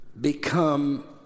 become